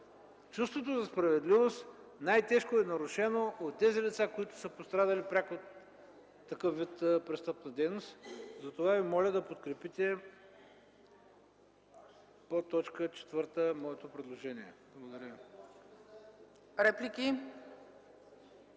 Чувството за справедливост най-тежко е нарушено от лицата, които са пострадали пряко от такъв вид престъпна дейност. Затова Ви моля да подкрепите по т. 4 моето предложение. Благодаря Ви.